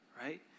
right